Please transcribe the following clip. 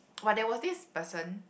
but there was this person